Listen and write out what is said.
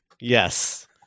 Yes